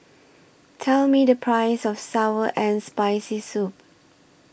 Tell Me The Price of Sour and Spicy Soup